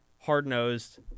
hard-nosed